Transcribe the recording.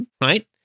right